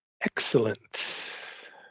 Excellent